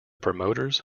promoters